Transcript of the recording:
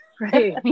right